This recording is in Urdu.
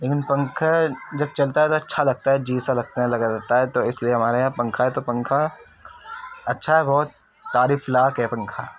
لیکن پنکھا جب چلتا ہے تو اچھا لگتا ہے جی سا لگتا ہے لگنے لگتا ہے تو اس لیے ہمارے یہاں پنکھا ہے تو پنکھا اچھا ہے بہت تعریف لائق ہے یہ پنکھا